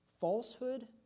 Falsehood